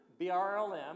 BRLM